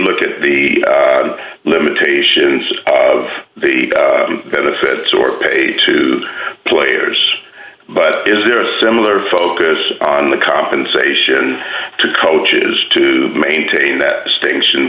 look at the limitations of the benefits or pay to players but is there a similar focus on the compensation to coaches to maintain the station